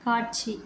காட்சி